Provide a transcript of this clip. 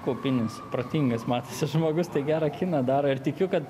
kaupinis protingas matosi žmogus tai gerą kiną daro ir tikiu kad